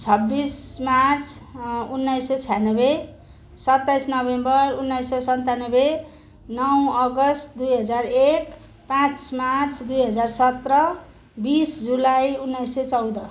छब्बिस मार्च उन्नाइस सौ छयानब्बे सत्ताइस नोभेम्बर उन्नाइस सौ सन्तानब्बे नौ अगस्त दुई हजार एक पाँच मार्च दुई हजार सत्र बिस जुलाई उन्नाइस सय चौध